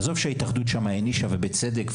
עזוב שההתאחדות הענישה ובצדק,